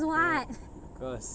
okay because